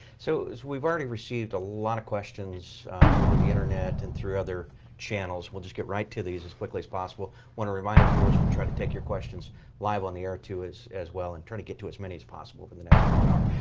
so, as we've already received a lot of questions over the internet and through other channels, we'll just get right to these as quickly as possible. i want to remind our viewers, we'll try to take your questions live on the air too as as well, and try to get to as many as possible for and the next half hour.